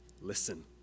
listen